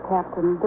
Captain